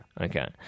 Okay